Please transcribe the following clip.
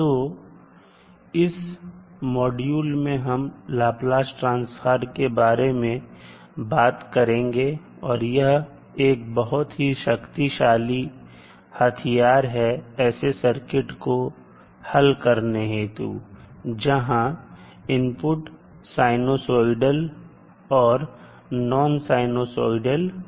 तो इस मॉड्यूल में हम लाप्लास ट्रांसफॉर्म के बारे में बात करेंगे और यह एक बहुत ही शक्तिशाली हथियार है ऐसे सर्किट को हल करने हेतु जहां इनपुट साइनोसोडल और नॉन साइनोसोडल होते हैं